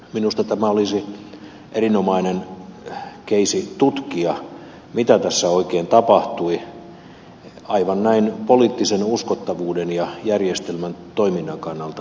minusta tämä olisi erinomainen keissi tutkia mitä tässä oikein tapahtui aivan näin poliittisen uskottavuuden ja järjestelmän toiminnan kannalta